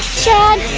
chad